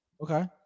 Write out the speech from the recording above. Okay